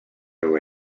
new